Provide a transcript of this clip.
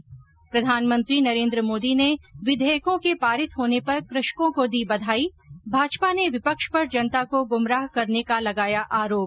ं प्रधानमंत्री नरेन्द्र मोदी ने विधेयकों के पारित होने पर कृषकों को दी बधाई भाजपा ने विपक्ष पर जनता को गुमराह करने का लगाया आरोप